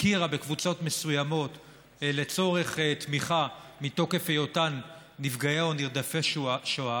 הכירה בקבוצות מסוימות לצורך תמיכה מתוקף היותן נפגעי או נרדפי שואה,